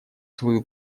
свою